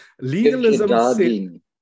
Legalism